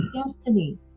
destiny